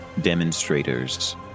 demonstrators